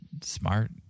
smart